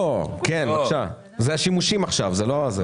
אלה השימושים עכשיו.